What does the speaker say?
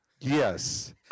Yes